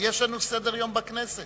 יש לנו סדר-יום בכנסת